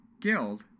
guild